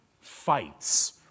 fights